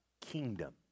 kingdom